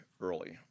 early